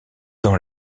dans